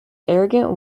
arrogant